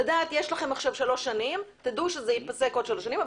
לדעת זה ייפסק עוד שלוש שנים.